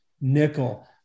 nickel